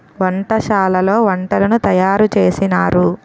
వంటశాలలో వంటలను తయారు చేసినారు